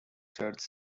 church